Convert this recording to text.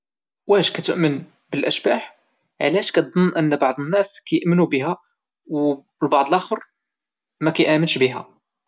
واش كتؤمن بالاشباح وعلاش كاتظن ان بعض الناس كايأمنوا بها والبعض الاخر ما كيامنش بها؟